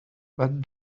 but